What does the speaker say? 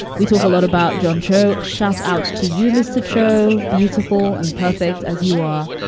we talk a lot about john cho. shout out to you, mr. cho. beautiful and perfect as you are.